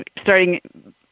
starting